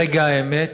ברגע האמת